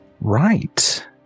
Right